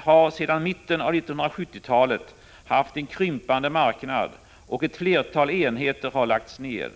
har sedan mitten av 1970-talet haft en krympande marknad, och ett flertal enheter har lagts ner.